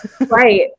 Right